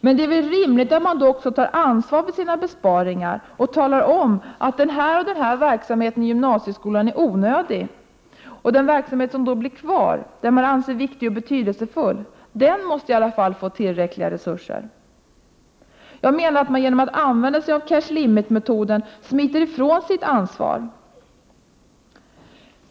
Men det är väl rimligt att man då tar ansvar för sina besparingar och talar om att viss verksamhet i gymnasieskolan är onödig. Den verksamhet som då blir kvar, så att säga, den man anser viktig och betydelsefull, måste i alla fall få tillräckliga resurser. Jag menar att man genom att använda sig av cash limit-metoden smiter ifrån sitt ansvar.